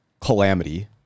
calamity